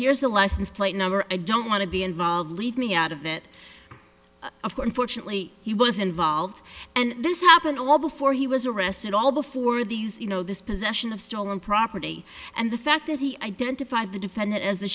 here's the license plate number and don't want to be involved leave me out of it of course fortunately he was involved and this happened all before he was arrested all before these you know this possession of stolen property and the fact that he identified the defendant as the